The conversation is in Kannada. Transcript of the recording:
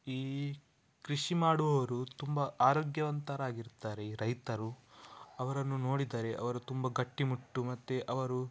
ಈ ಕೃಷಿ ಮಾಡುವವರು ತುಂಬ ಆರೋಗ್ಯವಂತರಾಗಿರುತ್ತಾರೆ ಈ ರೈತರು ಅವರನ್ನು ನೋಡಿದರೆ ಅವರು ತುಂಬ ಗಟ್ಟಿಮುಟ್ಟು ಮತ್ತು ಅವರು